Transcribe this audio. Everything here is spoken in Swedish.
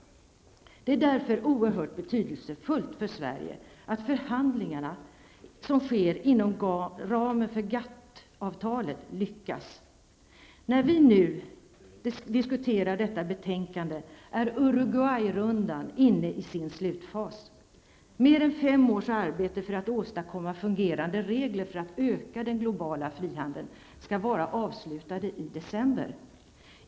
Det är därför oerhört betydelsefullt för Sverige att förhandlingarna som sker inom ramen för GATT avtalet lyckas. När vi nu diskuterar detta betänkande är Uruguayrundan inne i sin slutfas. Mer än fem års arbete för att åstadkomma fungerande regler för att öka den globala frihandeln skall vara avslutade i december.